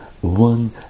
one